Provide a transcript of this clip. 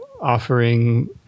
offering